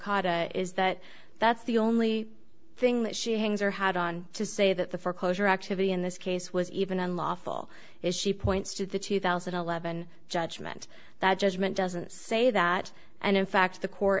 judicata is that that's the only thing that she hangs or had on to say that the foreclosure activity in this case was even unlawful as she points to the two thousand and eleven judgment that judgment doesn't say that and in fact